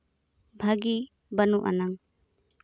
ᱵᱷᱟᱹᱜᱤ ᱵᱟᱹᱱᱩᱜ ᱟᱱᱟᱝ